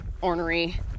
ornery